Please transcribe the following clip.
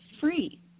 free